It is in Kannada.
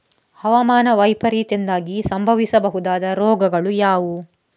ಹವಾಮಾನ ವೈಪರೀತ್ಯದಿಂದಾಗಿ ಸಂಭವಿಸಬಹುದಾದ ರೋಗಗಳು ಯಾವುದು?